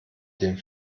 den